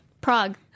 Prague